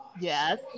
Yes